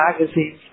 magazines